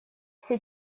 все